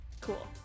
Cool